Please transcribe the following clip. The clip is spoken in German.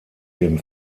dem